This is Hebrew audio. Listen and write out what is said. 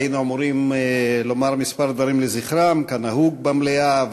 היינו אמורים לומר כמה מילים לזכרם כנהוג במליאה,